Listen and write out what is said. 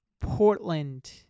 Portland